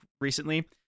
recently